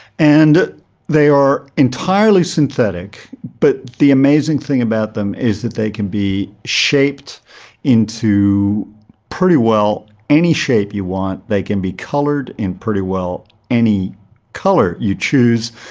and they are entirely synthetic, but the amazing thing about them is that they can be shaped into pretty well any shape you want, they can be coloured in pretty well any colour you choose,